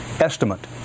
Estimate